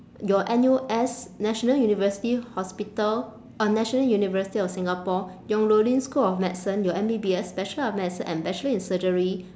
your annual S national university hospital or national university of singapore yong loo lin school of medicine your M_B_B_S bachelor of medicine and bachelor in surgery